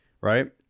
right